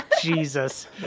Jesus